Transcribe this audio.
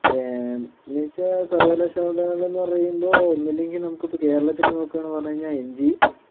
എന്ന് വെച്ചാൽ സർവകാലാശാലകളിൽ പറയുമ്പോൾ ഒന്നുമില്ലെങ്കിലിപ്പോൾ കേരളത്തിൽ നോക്കുകയാണെങ്കിലിപ്പോൾ പറഞ്ഞ് കഴിഞ്ഞാൽ എം ജി